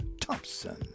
Thompson